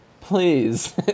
please